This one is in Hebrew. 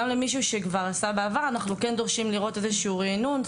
ואנחנו דורשים לראות איזה שהוא ריענון גם ממישהו שעשה בעבר.